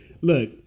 look